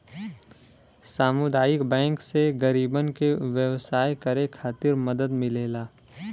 सामुदायिक बैंक से गरीबन के व्यवसाय करे खातिर मदद मिलेला